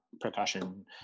percussion